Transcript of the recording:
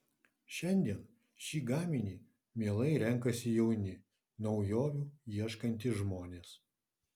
šiandien šį gaminį mielai renkasi jauni naujovių ieškantys žmonės